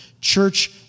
church